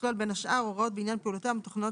שתכלול בין השאר הוראות בעניין פעולותיה המתוכננות